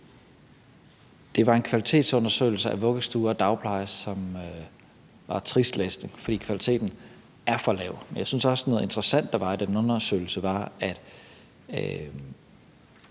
Det var en kvalitetsundersøgelse af vuggestuer og dagplejer, som var trist læsning, for kvaliteten er for lav. Men jeg synes også, at noget interessant, der var i den undersøgelse,